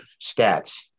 stats